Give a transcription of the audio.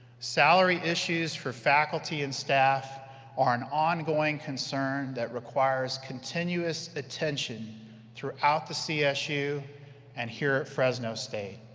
salary issues for faculty and staff are an ongoing concern that requires continuous attention throughout the csu and here at fresno state.